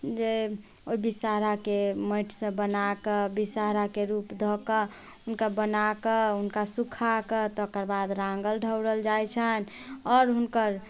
जे ओहि विषहरा के माटि सँ बनाए कऽ विषहरा के रूप दए कऽ हुनका बनाए क हुनका सूखा कऽ तकरबाद रांगल धौरल जाइ छनि आओर हुनकर